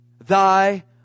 Thy